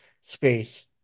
space